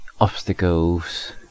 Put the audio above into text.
obstacles